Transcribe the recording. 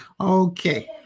Okay